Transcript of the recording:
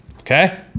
okay